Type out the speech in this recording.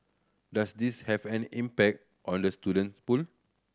does this have an impact on the student pool